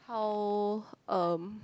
how um